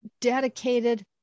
dedicated